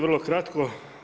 Vrlo kratko.